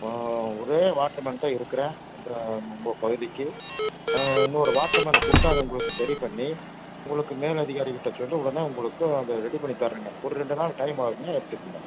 ஒரே வாட்டர்மேன்தான் இருக்குறேன் ஒன்றை உங்கள் பகுதிக்கு இன்னோரு வாட்டர்மேன்னு கூப்பிடு அதை உங்களுக்கு சரி பண்ணி உங்களுக்கு மேல் அதிகாரிக்கிட்ட சொல்லி உடனே உங்களுக்கு அதை ரெடி பண்ணி தர்றேங்க ஒரு ரெண்டு நாள் டைம் ஆகுங்க எடுத்துக்கங்க